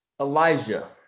Elijah